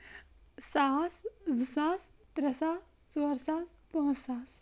ساس زٕ ساس ترٛےٚ ساس ژور ساس پانٛژھ ساس